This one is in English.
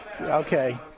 Okay